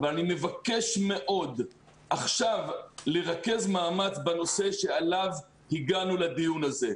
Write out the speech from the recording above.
אבל אני מבקש מאוד עכשיו לרכז מאמץ בנושא שעליו הגענו לדיון הזה.